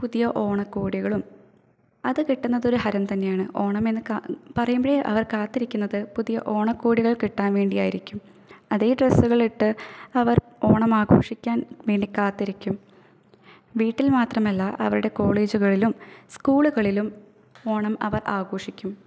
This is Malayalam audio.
പുതിയ ഓണക്കോടികളും അത് കിട്ടുന്നതൊരു ഹരം തന്നെയാണ് ഓണമെന്നു കാ പറയുമ്പോഴേ അവർ കാത്തിരിക്കുന്നത് പുതിയ ഓണക്കോടികൾ കിട്ടാൻ വേണ്ടി ആയിരിക്കും അതേ ഡ്രെസ്സുകൾ ഇട്ട് അവർ ഓണം ആഘോഷിക്കാൻ വേണ്ടി കാത്തിരിക്കും വീട്ടിൽ മാത്രമല്ല അവരുടെ കോളേജുകളിലും സ്കൂളുകളിലും ഓണം അവർ ആഘോഷിക്കും